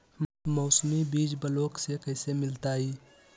मौसमी बीज ब्लॉक से कैसे मिलताई?